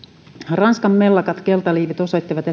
ranskan mellakat keltaliivit osoittivat